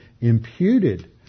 imputed